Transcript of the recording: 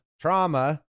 trauma